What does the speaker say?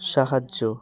সাহায্য